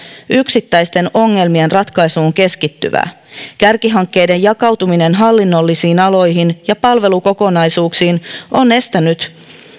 yksittäisten ongelmien ratkaisuun keskittyvää kärkihankkeiden jakautuminen hallinnollisiin aloihin ja palvelukokonaisuuksiin on estänyt